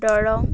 Darrang